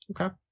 Okay